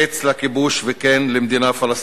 הקץ לכיבוש וכן למדינה פלסטינית.